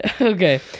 Okay